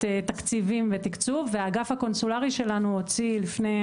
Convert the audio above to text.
תקציבים ותקצוב והאגף הקונסולרי שלנו הוציא לפני